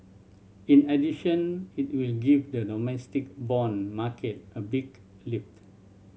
in addition it will give the domestic bond market a big lift